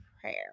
prayer